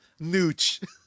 Nooch